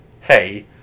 hey